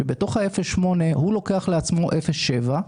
שבתוך ה-0.8% הוא לוקח לעצמו 0.7%,